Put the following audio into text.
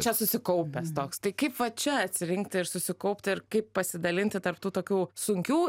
čia susikaupęs toks tai kaip va čia atsirinkti ir susikaupti ir kaip pasidalinti tarp tų tokių sunkių